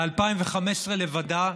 ב-2015 לבדה,